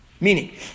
Meaning